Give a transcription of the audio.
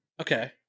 Okay